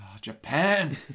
Japan